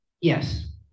Yes